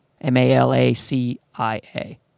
M-A-L-A-C-I-A